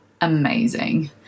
amazing